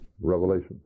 Revelation